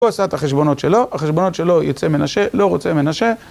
הוא עשה את החשבונות שלו, החשבונות שלו יוצא מנשה, לא רוצה מנשה.